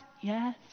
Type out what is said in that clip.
Yes